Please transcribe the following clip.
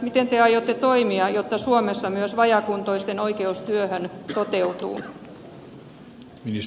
miten te aiotte toimia jotta suomessa myös vajaakuntoisten oikeus työhön toteutuu